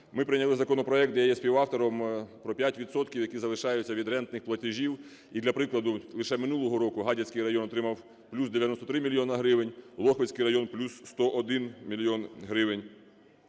Ми прийняли законопроект, де я є співавтором, про 5 відсотків, які залишаються від рентних платежів. І, для прикладу, лише минулого року Гадяцький район отримав плюс 93 мільйона гривень, Лохвицький район - плюс 101 мільйон